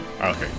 Okay